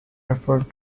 referred